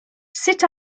sut